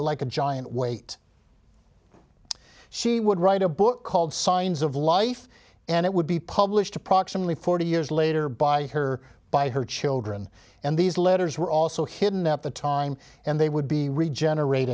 like a giant weight she would write a book called signs of life and it would be published approximately forty years later by her by her children and these letters were also hidden at the time and they would be